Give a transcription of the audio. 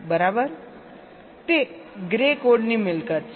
બરાબર તે ગ્રે કોડની મિલકત છે